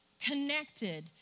connected